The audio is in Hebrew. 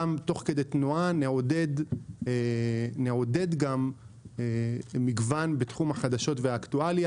תוך כדי תנועה נעודד גם מגוון בתחום החדשות והאקטואליה